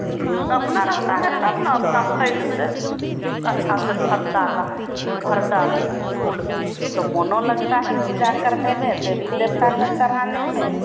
अपना रहता है तब ना अपना फैल से अच्छा से भर डाला भर डाली तो मन भी लगता है पूजा करने में देवी देवता को चढ़ाने में